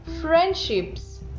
friendships